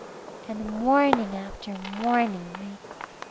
and morning after morning makes.